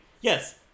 Yes